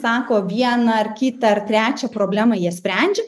sako vieną ar kitą ar trečią problemą jie sprendžia